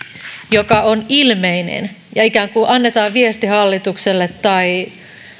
joka on ilmeinen ja ikään kuin annetaan viesti hallitukselle tai